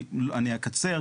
אני אקצר,